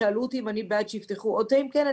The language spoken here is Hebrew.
שאלו אותי אם אני בעד שיפתחו עוד תאים כאלה,